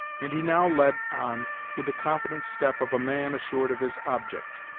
and he now led on with the confident step of a man assured of his object.